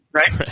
right